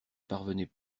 parvenait